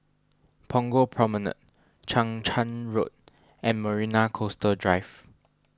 Punggol Promenade Chang Charn Road and Marina Coastal Drive